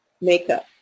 makeup